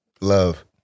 Love